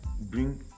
bring